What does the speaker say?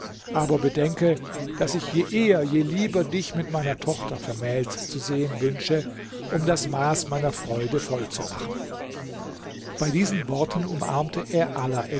aber bedenke daß ich je eher je lieber dich mit meiner tochter vermählt zu sehen wünsche um das maß meiner freude voll zu machen bei diesen worten umarmte er